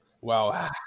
Wow